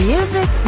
Music